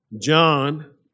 John